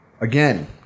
Again